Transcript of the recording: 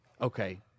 okay